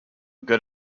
good